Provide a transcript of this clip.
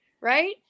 Right